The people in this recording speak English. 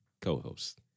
co-host